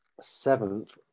seventh